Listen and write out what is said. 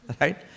right